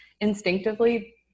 instinctively